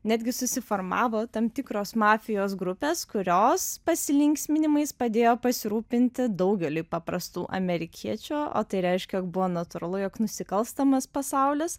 netgi susiformavo tam tikros mafijos grupės kurios pasilinksminimais padėjo pasirūpinti daugeliui paprastų amerikiečių o tai reiškia jog buvo natūralu jog nusikalstamas pasaulis